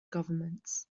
governments